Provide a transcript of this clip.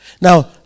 Now